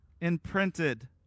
imprinted